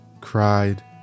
cried